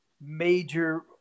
major